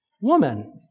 Woman